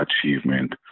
achievement